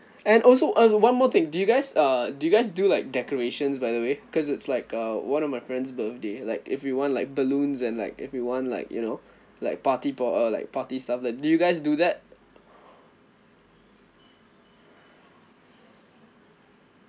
and also err one more thing do you guys err do you guys do like decorations by the way cause it's like uh one of my friends birthday like if we want like balloons and like if we want like you know like party for a like party stuff that do you guys do that